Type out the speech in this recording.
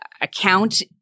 account